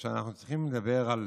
כאשר אנחנו צריכים לדבר על,